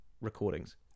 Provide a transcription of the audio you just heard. recordings